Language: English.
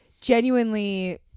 genuinely